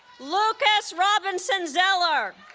lucas robinson zeller